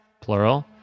plural